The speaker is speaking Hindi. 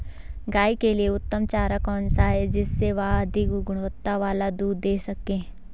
गाय के लिए उत्तम चारा कौन सा है जिससे वह अधिक गुणवत्ता वाला दूध दें सके?